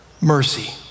mercy